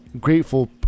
grateful